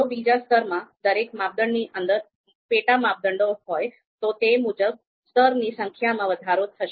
જો બીજા સ્તરમાં દરેક માપદંડની અંદર પેટા માપદંડો હોય તો તે મુજબ સ્તરની સંખ્યામાં વધારો થશે